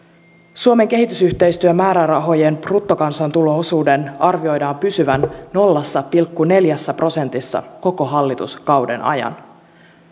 suomen kehitysyhteistyömäärärahojen bruttokansantulo osuuden arvioidaan pysyvän nolla pilkku neljässä prosentissa koko hallituskauden ajan